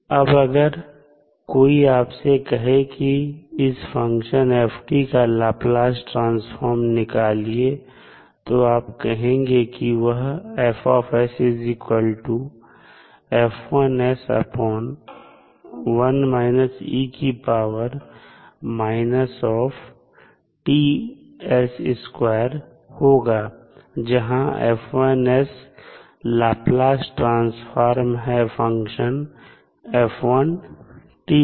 अब अगर कोई आपसे कहे कि इस फंक्शन f का लाप्लास ट्रांसफॉर्म निकालिए तो आप कहेंगे कि वह होगा जहां F1 लाप्लास ट्रांसफॉर्म है फंक्शन f1 का